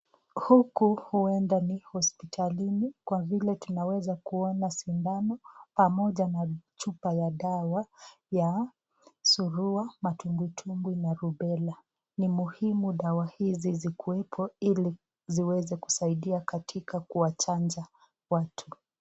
Huku huenda ni hospitalini kwa vile tunaweza kuona sindano pamoja na chupa ya dawa ya surua, matumbwitumbwi na rubela. Ni muhimu dawa hizi zikuwepo ili ziweze kusaidia katika kuwachanja watu.